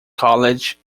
college